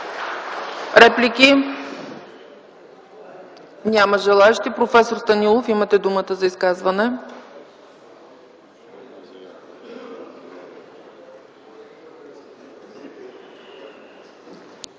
Реплики? Няма желаещи. Професор Станилов, имате думата за изказване.